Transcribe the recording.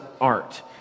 art